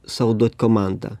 sau duot komandą